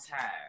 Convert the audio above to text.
tired